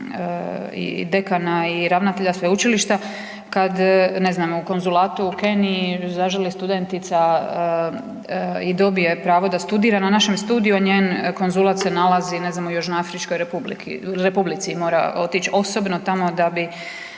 i dekana i ravnatelja sveučilišta, kad, ne zna, u konzulatu u Keniji zaželi studentica i dobije pravo da studira na našem studiju, a njen konzulat se nalazi, ne znam, u Južnoafričkoj Republici i mora otić osobno tamo da bi